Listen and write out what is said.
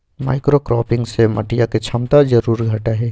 monocropping से मटिया के क्षमता जरूर घटा हई